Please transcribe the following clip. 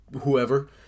whoever